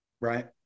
Right